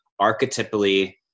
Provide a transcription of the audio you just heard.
archetypally